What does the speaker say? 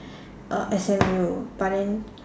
uh S_M_U but then